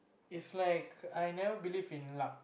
it's like I never believe in luck